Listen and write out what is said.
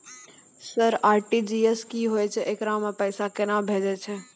Sir RTGS की होय छै, एकरा से पैसा केना भेजै छै?